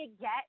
get